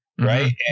right